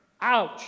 Ouch